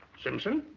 simpson?